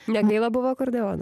negaila buvo akordeono